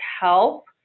help